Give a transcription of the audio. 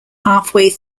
halfway